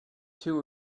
two